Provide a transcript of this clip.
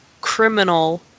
criminal